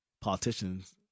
politicians